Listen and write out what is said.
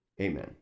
Amen